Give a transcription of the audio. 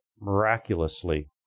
miraculously